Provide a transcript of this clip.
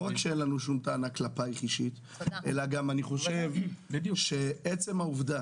לא רק שאין לנו משהו כלפיך אישית - אני חושב שעצם העובדה